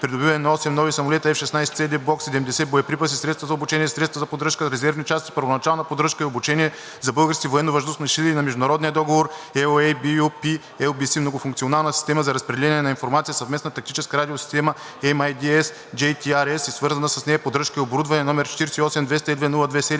„Придобиване на 8 (осем) нови самолета F-16C/D Block 70, боеприпаси, средства за обучение, средства за поддръжка, резервни части, първоначална поддръжка и обучение за Българските военновъздушни сили“ и на Международен договор (LOA) BU-P-LBC „Многофункционална система за разпределение на информация – Съвместна тактическа радиосистема (MIDS JTRS) и свързана с нея поддръжка и оборудване“, № 48-202-02-7,